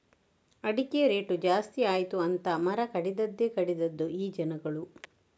ಅಡಿಕೆ ರೇಟು ಜಾಸ್ತಿ ಆಯಿತು ಅಂತ ಮರ ಕಡಿದದ್ದೇ ಕಡಿದದ್ದು ಈ ಜನಗಳು